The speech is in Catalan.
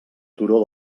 turó